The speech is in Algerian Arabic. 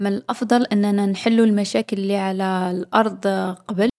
من الأفضل أننا نحلو المشاكل لي على الأرض قبل.